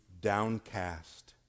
downcast